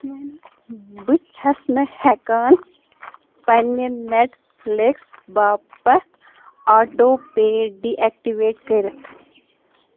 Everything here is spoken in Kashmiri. بہٕ چھَس نہٕ ہٮ۪کان پنٛنہِ نٮ۪ٹفلِکس باپتھ آٹو پے ڈی اٮ۪کٹِویٹ کٔرِتھ